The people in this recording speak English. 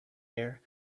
air